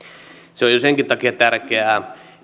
jo senkin takia tärkeää